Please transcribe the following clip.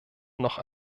noch